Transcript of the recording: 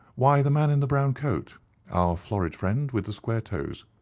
why, the man in the brown coat our florid friend with the square toes.